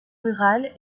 rurale